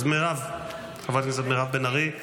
אז חברת הכנסת מירב בן ארי.